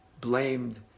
blamed